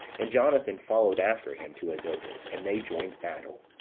and jonathan followed after him to azotus, and they joined battle.